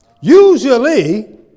Usually